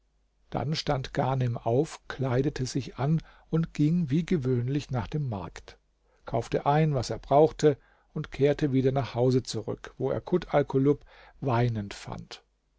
dann stand ghanem auf kleidete sich an und ging wie gewöhnlich nach dem markt kaufte ein was er brauchte und kehrte wieder nach hause zurück wo er kut alkulub weinend fand